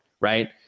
Right